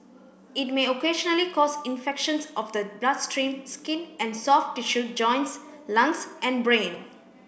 it may occasionally cause infections of the bloodstream skin and soft tissue joints lungs and brain